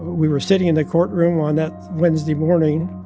we were sitting in the courtroom on that wednesday morning